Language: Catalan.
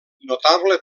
notable